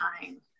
time